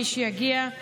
מי שיגיע,